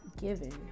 giving